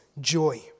joy